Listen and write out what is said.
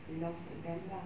belongs to them lah